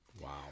wow